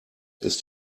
ist